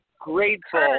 grateful